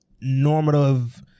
normative